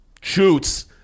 shoots